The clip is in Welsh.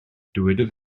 dywedodd